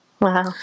Wow